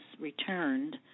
returned